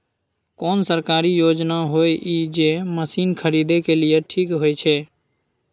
कोन सरकारी योजना होय इ जे मसीन खरीदे के लिए ठीक होय छै?